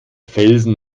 felsen